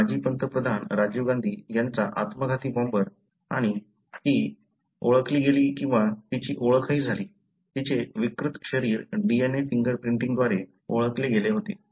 अगदी माजी पंतप्रधान राजीव गांधी यांचा आत्मघाती बॉम्बर आणि ती ओळखली गेली किंवा तिची ओळखही झाली तिचे विकृत शरीर DNA फिंगर प्रिंटिंगद्वारे ओळखले गेले होते